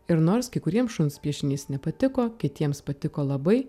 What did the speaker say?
ir nors kai kuriems šuns piešinys nepatiko kitiems patiko labai